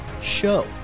show